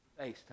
FaceTime